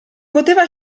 poteva